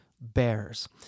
bears